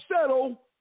settle